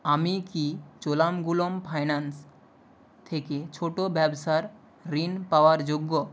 আমি কি চোলামগুলম ফাইন্যান্স থেকে ছোটো ব্যবসার ঋণ পাওয়ার যোগ্য